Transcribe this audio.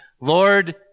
Lord